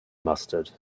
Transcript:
mustard